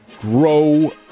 Grow